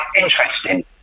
interesting